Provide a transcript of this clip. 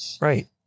right